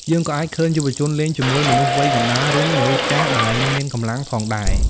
យើងក៏អាចឃើញយុវជនលេងជាមួយមនុស្សវ័យកណ្តាល ឬមនុស្សចាស់ដែលនៅមានកម្លាំងផងដែរ។